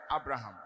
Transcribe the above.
Abraham